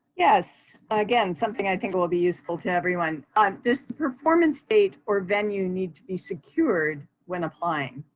yes. again, something i think will be useful to everyone. um does the performance stage or venue need to be secured when applying?